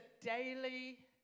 daily